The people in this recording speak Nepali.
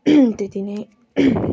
त्यति नै